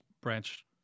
branch